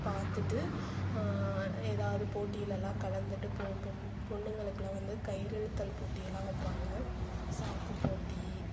பார்த்துட்டு ஏதாவது போட்டியிலலாம் கலந்துட்டு போம் பொம் பொண்ணுங்களுக்கெலாம் வந்து கயிறு இழுத்தல் போட்டி எல்லாம் வைப்பாங்க சாக்கு போட்டி